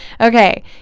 Okay